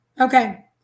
Okay